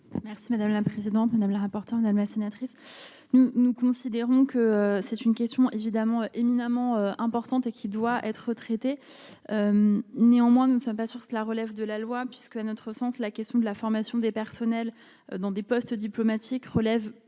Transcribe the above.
Merci madame la présidente, madame la rapporteure, madame la sénatrice. Nous, nous considérons que c'est une question évidemment éminemment important et qui doit être néanmoins nous ne sommes pas sur cela relève de la loi, puisque, à notre sens, la question de la formation des personnels dans des postes diplomatiques relèvent